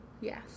Yes